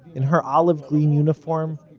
in her olive green uniform,